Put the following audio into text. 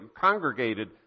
congregated